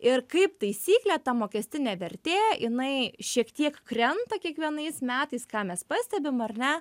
ir kaip taisyklė ta mokestinė vertė jinai šiek tiek krenta kiekvienais metais ką mes pastebim ar ne